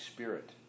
Spirit